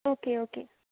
okay okay